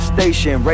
Station